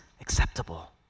acceptable